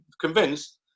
convinced